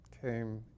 came